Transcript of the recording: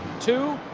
two,